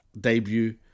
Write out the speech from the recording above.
debut